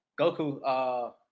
goku